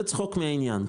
זה צחוק מהעניין.